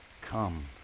come